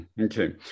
Okay